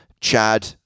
Chad